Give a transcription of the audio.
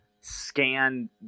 scan